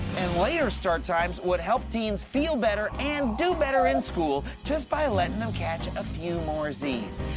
and later start times would help teens feel better and do better in school just by letting them catch a few more z's.